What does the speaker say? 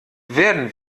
werden